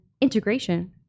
integration